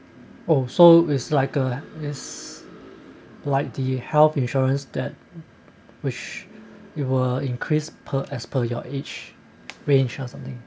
oh so is like a is like the health insurance that which you were increased per as per your age range or something